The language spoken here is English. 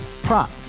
Prop